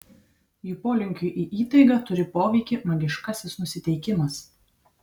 jų polinkiui į įtaigą turi poveikį magiškasis nusiteikimas